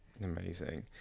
Amazing